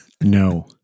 No